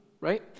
right